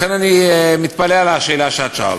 לכן אני מתפלא על השאלה ששאלת.